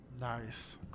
Nice